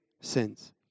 sins